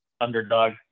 Underdog